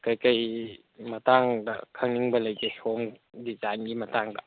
ꯀꯔꯤ ꯀꯔꯤ ꯃꯇꯥꯡꯗ ꯈꯪꯅꯤꯡꯕ ꯂꯩꯒꯦ ꯁꯣꯡ ꯗꯤꯖꯥꯏꯟꯒꯤ ꯃꯇꯥꯡꯗ